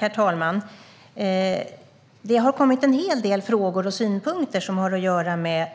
Herr talman! Det har kommit en hel del frågor och synpunkter som har att göra med